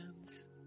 hands